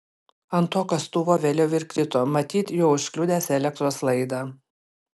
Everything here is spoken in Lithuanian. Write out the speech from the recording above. ant to kastuvo vėliau ir krito matyt juo užkliudęs elektros laidą